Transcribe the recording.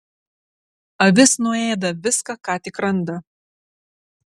avis nuėda viską ką tik randa